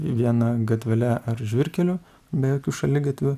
viena gatvele ar žvyrkeliu be jokių šaligatvių